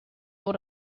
able